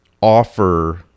offer